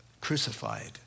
crucified